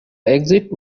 exit